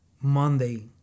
monday